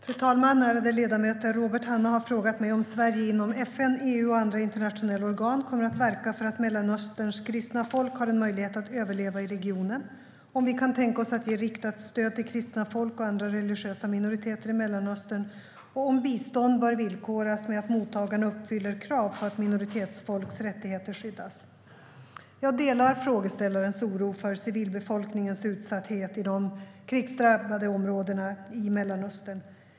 Fru talman! Ärade ledamöter! Robert Hannah har frågat mig om Sverige inom FN, EU och andra internationella organ kommer att verka för att Mellanösterns kristna folk ska ha en möjlighet att överleva i regionen, om vi kan tänka oss att ge riktat stöd till kristna folk och andra religiösa minoriteter i Mellanöstern och om bistånd bör villkoras med att mottagarna uppfyller krav på att minoritetsfolks rättigheter skyddas. Jag delar frågeställarens oro för civilbefolkningens utsatthet i de krigsdrabbade områdena i Mellanöstern.